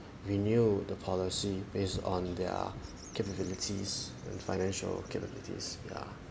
renew the policy based on their capabilities and financial capabilities ya